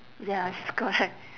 ya it's correct